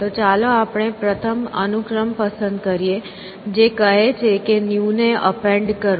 તો ચાલો આપણે પ્રથમ અનુક્રમ પસંદ કરીએ જે કહે છે કે ન્યુ ને અપેન્ડ કરો